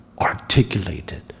articulated